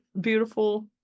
beautiful